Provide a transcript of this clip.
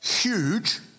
huge